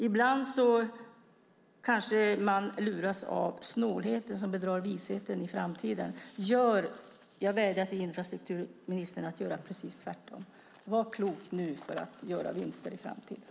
Ibland kanske man luras av att snålheten bedrar visheten. Jag vädjar till infrastrukturministern att göra precis tvärtom. Var klok nu för att göra vinster i framtiden!